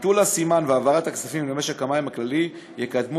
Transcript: ביטול הסימן והעברת הכספים למשק המים הכללי יקדמו